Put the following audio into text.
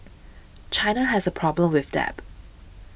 China has a problem with debt